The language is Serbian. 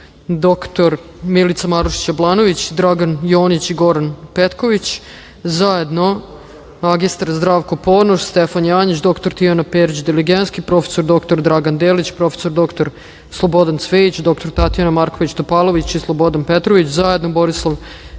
dr Milica Marušić Jablanović, Dragan Jonjić, Goran Petković, zajedno magistar Zdravko Ponoš, Stefan Janjić, dr Dijana Perić Diligenski, prof. dr Dragan Delić, prof. dr Slobodan Cvejić, dr Tatjana Marković Topalović, Slobodan Petrović; zajedno Borislav Novaković,